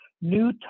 new